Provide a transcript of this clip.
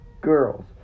girls